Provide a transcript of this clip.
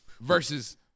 Versus